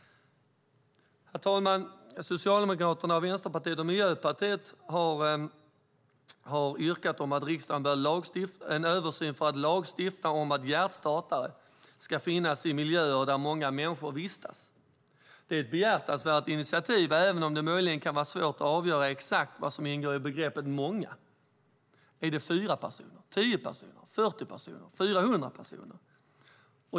Herr talman! Socialdemokraterna, Vänsterpartiet och Miljöpartiet har yrkat att det görs en översyn av möjligheterna att lagstifta om att hjärtstartare ska finnas i miljöer där många människor vistas. Det är ett behjärtansvärt initiativ även om det möjligen kan vara svårt att avgöra exakt vad som ingår i begreppet många. Är det 4, 10, 40 eller 400 personer?